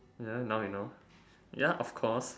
ya now you know ya of course